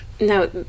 Now